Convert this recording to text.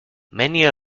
many